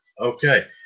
okay